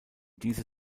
diese